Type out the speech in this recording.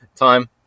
time